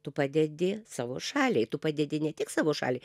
tu padedi savo šaliai tu padedi ne tik savo šaliai